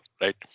right